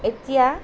এতিয়া